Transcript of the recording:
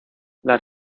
las